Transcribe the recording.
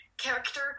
character